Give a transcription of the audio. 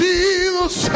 Jesus